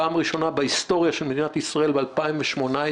פעם ראשונה בהיסטוריה שמדינת ישראל ב-2018,